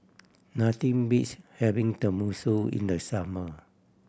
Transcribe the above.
nothing beats having Tenmusu in the summer